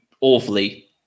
awfully